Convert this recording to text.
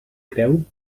creu